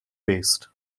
based